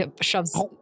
shoves